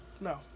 No